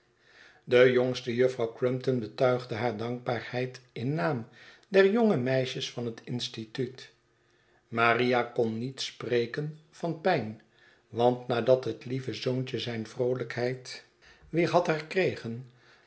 de jongste juffrouw crumpton betuigde haar dankbaarheid in naam der jonge meisjes van het instituut maria kon niet spreken vanpijn want nadat het lieve zoontje zijn vroolijkheid weer had herkregen